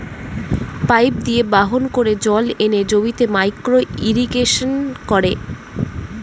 pipe দিয়ে বাহন করে জল এনে জমিতে মাইক্রো ইরিগেশন করে